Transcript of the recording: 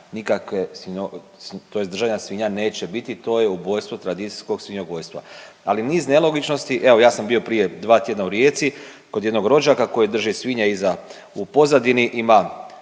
nikakve, tj. držanja svinja neće biti. To je ubojstvo tradicijskog svinjogojstva. Ali niz nelogičnosti, evo ja sam bio prije 2 tjedna u Rijeci kod jednog rođaka koji drže svinje. U pozadini ima